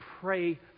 pray